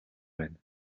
байна